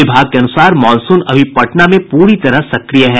विभाग के अनुसार मॉनसून अभी पटना में पूरी तरह सक्रिय है